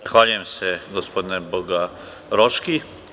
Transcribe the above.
Zahvaljujem se gospodine Bogaroški.